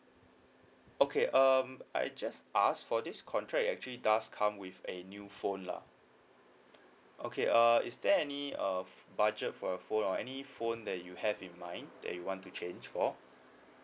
okay um I just ask for this contract you actually does come with a new phone lah okay uh is there any uh budget for your phone or any phone that you have in mind that you want to change for